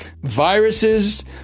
viruses